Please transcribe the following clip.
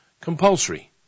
compulsory